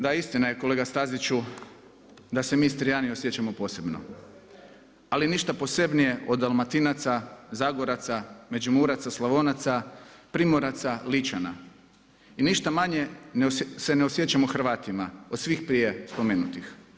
Da, istina je kolega Staziću da se mi Istrijani osjećamo posebno, ali ništa posebnije od Dalmatinaca, Zagoraca, Međimuraca, Slavonaca, Primoraca, Ličana i ništa manje se ne osjećamo Hrvatima od svih prije spomenuti.